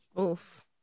Oof